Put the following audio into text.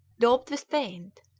daubed with paint,